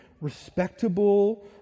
respectable